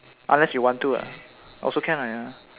unless you want to lah also can lah ya lah